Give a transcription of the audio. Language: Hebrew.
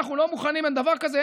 אנחנו לא מוכנים לדבר כזה,